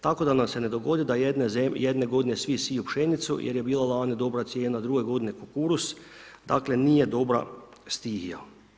Tako da nam se ne dogodi da jedne godine svi siju pšenicu jer je bila lani dobra cijena, druge godine kukuruz, dakle, nije dobra stihija.